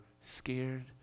scared